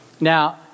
Now